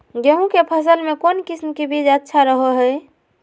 गेहूँ के फसल में कौन किसम के बीज अच्छा रहो हय?